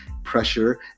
pressure